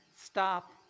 stop